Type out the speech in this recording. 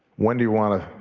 when do you wanna